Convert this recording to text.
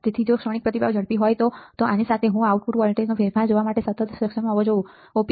તેથી જો ક્ષણિક પ્રતિભાવ ઝડપી હોય તો આની સાથે હું આઉટપુટ વોલ્ટેજમાં ફેરફાર જોવા માટે સતત સક્ષમ હોવો જોઈએ